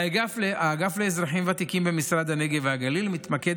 האגף לאזרחים ותיקים במשרד הנגב והגליל מתמקד